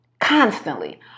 Constantly